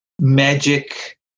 magic